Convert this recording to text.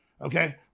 okay